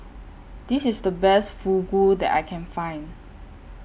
This IS The Best Fugu that I Can Find